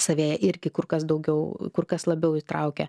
savyje irgi kur kas daugiau kur kas labiau įtraukia